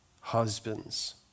husbands